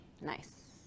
Nice